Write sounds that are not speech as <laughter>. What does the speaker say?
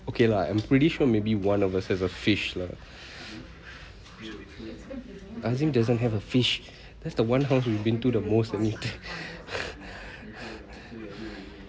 okay lah I'm pretty sure maybe one of us has a fish lah azim doesn't have a fish that's the one house we've been to the most <laughs>